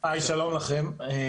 שלום לכם,